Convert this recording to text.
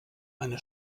eine